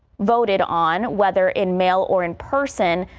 voted on whether in mail or in person,